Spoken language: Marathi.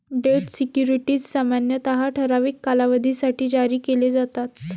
डेट सिक्युरिटीज सामान्यतः ठराविक कालावधीसाठी जारी केले जातात